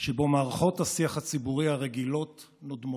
שבו מערכות השיח הציבורי הרגילות דוממות.